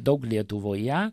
daug lietuvoje